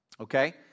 Okay